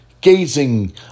Gazing